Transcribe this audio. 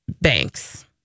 banks